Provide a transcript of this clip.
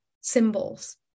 symbols